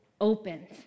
opened